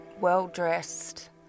well-dressed